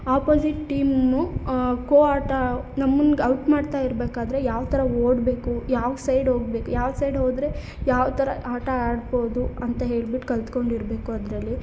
opposite ಟೀಮನ್ನು ಖೋ ಆಟ ನಮ್ಮ ಮುಂದ್ ಔಟ್ ಮಾಡ್ತಾ ಇರಬೇಕಾದ್ರೆ ಯಾವ ಥರ ಓಡಬೇಕು ಯಾವ ಸೈಡ್ ಹೋಗ್ಬೇಕ್ ಯಾವ ಸೈಡ್ ಹೋದರೆ ಯಾವ ಥರ ಆಟ ಆಡ್ಬೋದು ಅಂತ ಹೇಳ್ಬಿಟ್ಟು ಕಲ್ತುಕೊಂಡಿರ್ಬೇಕು ಅದರಲ್ಲಿ